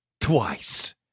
twice